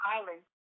Island